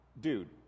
dude